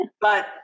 but-